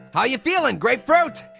how ya feelin, grapefruit?